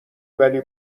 ولی